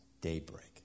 daybreak